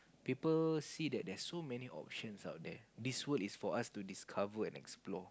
people see that there are so many options out there this world is for us to discover and explore